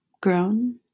grown